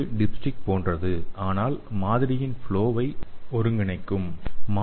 இது dipstick போன்றது ஆனால் மாதிரியின் ஃப்ளொவை ஒருங்கிணைப்படுத்தும்